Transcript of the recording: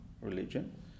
religion